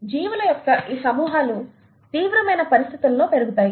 జీవుల యొక్క ఈ సమూహాలు తీవ్రమైన పరిస్థితులలో పెరుగుతాయి